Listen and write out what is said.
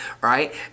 right